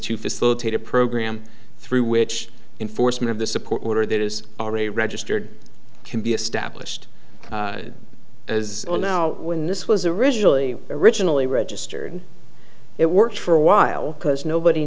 to facilitate a program through which enforcement of the support order that is already registered can be established as well now when this was originally originally registered it worked for a while because nobody